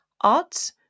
arts